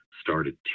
started